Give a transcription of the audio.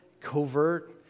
covert